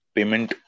Payment